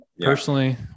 personally